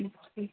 جی